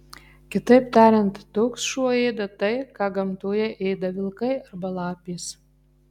kitaip tariant toks šuo ėda tai ką gamtoje ėda vilkai arba lapės